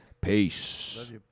Peace